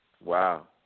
Wow